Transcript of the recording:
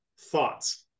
thoughts